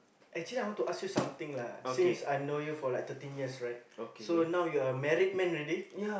actually I want to ask you something lah since I've know you for like thirteen years right so now you are a married man already